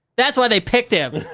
that's why they picked him.